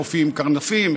מופיעים קרנפים,